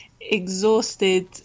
exhausted